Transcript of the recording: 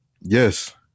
Yes